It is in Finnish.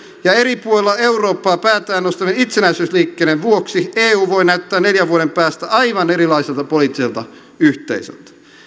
ja eri puolella eurooppaa päätään nostavien itsenäisyysliikkeiden vuoksi eu voi näyttää neljän vuoden päästä aivan erilaiselta poliittiselta yhteisöltä